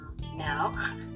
now